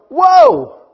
whoa